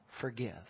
forgive